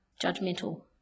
judgmental